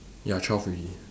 ya twelve already